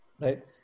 Right